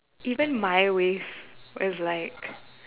even my wave was like